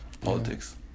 politics